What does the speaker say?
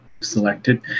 selected